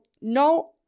no